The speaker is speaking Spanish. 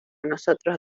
nosotros